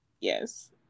Yes